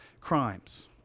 crimes